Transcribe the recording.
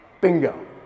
Bingo